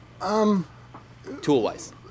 tool-wise